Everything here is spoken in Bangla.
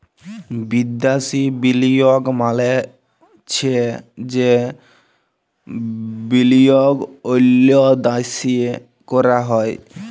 বিদ্যাসি বিলিয়গ মালে চ্ছে যে বিলিয়গ অল্য দ্যাশে ক্যরা হ্যয়